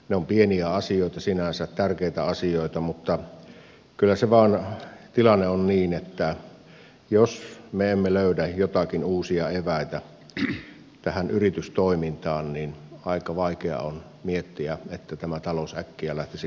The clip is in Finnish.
ne ovat pieniä asioita sinänsä tärkeitä asioita mutta kyllä se tilanne vain on niin että jos me emme löydä joitakin uusia eväitä tähän yritystoimintaan niin aika vaikea on miettiä että tämä talous äkkiä lähtisi kasvuun